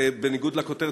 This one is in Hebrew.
בניגוד לכותרת,